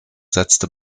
setzte